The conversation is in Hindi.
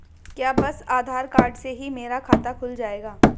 क्या बस आधार कार्ड से ही मेरा खाता खुल जाएगा?